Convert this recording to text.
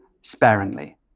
sparingly